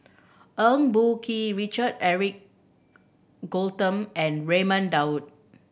Eng Boh Kee Richard Eric and Raman Daud